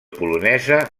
polonesa